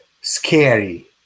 scary